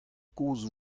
kozh